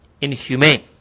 Inhumane